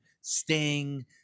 Sting